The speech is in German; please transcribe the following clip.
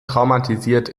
traumatisiert